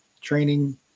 training